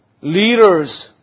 Leaders